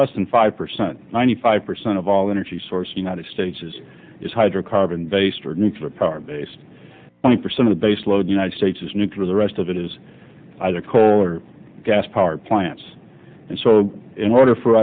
less than five percent ninety five percent of all energy source united states is is hydrocarbon based or nuclear power based i mean for some of the baseload united states is nuclear the rest of it is either coal or gas power plants and so in order for